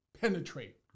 penetrate